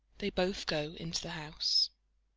they both go into the house.